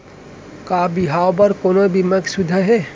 का बिहाव बर कोनो बीमा के सुविधा हे?